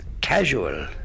casual